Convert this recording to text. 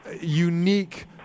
unique